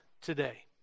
today